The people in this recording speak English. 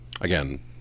again